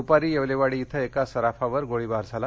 दुपारी येवलेवाड़ी इथं एका सराफावर गोळीबार झाला